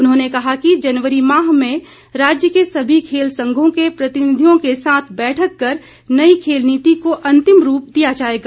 उन्होंने कहा कि जनवरी माह में राज्य के सभी खेल संघों के प्रतिनिधियों के साथ बैठक कर नई खेल नीति को अंतिम रूप दिया जाएगा